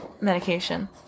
medication